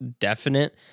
definite